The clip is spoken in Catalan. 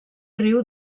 riu